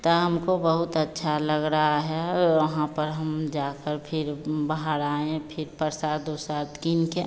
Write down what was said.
तो हमको बहुत अच्छा लग रहा है और वहाँ पर हम जाकर फिर बाहर आए हैं फिर परसाद उरसाद कीन कर